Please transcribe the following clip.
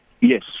Yes